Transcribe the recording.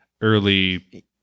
early